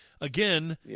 Again